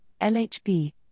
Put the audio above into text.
LHB